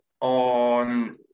On